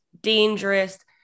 dangerous